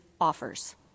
offers